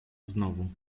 znowu